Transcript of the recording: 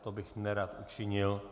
To bych nerad učinil.